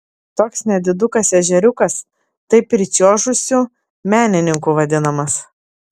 toks nedidukas ežeriukas taip pričiuožusių menininkų vadinamas